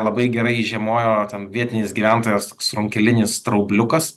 labai gerai išžiemojo ten vietinis gyventojas sunkelinis straubliukas